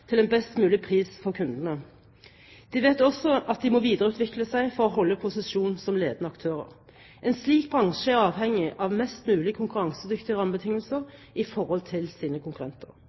til en best mulig pris for kundene. De vet også at de må videreutvikle seg for å holde posisjonen som ledende aktører. En slik bransje er avhengig av mest mulig konkurransedyktige rammebetingelser i forhold til sine konkurrenter.